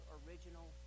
original